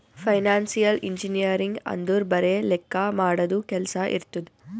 financial engineering ಅಂದುರ್ ಬರೆ ಲೆಕ್ಕಾ ಮಾಡದು ಕೆಲ್ಸಾ ಇರ್ತುದ್